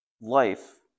life